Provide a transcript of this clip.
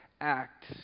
act